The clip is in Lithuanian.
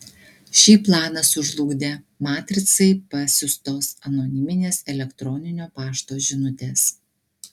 šį planą sužlugdė matricai pasiųstos anoniminės elektroninio pašto žinutės